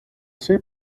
sei